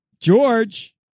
George